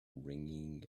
ringing